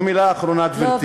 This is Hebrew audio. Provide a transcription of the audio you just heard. ומילה אחרונה, גברתי.